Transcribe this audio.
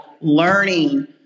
learning